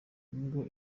nubwo